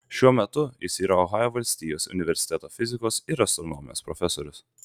šiuo metu jis yra ohajo valstijos universiteto fizikos ir astronomijos profesorius